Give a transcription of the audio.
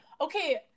okay